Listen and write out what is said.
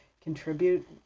contribute